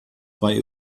bei